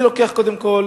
אני לוקח קודם כול